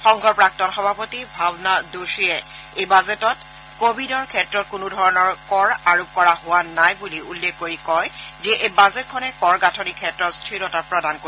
সংঘৰ প্ৰাক্তন সভাপতি ভাৱনা ডোশীয়ে এই বাজেটত কোভিডৰ ক্ষেত্ৰত কোনো ধৰণৰ কৰ আৰোপ কৰা হোৱা নাই বুলি উল্লেখ কৰি কয় যে এই বাজেটখনে কৰ গাঁথনিৰ ক্ষেত্ৰত স্থিৰতা প্ৰদান কৰিব